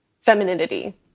femininity